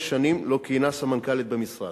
שנים שבהן לא כיהנה סמנכ"לית במשרד.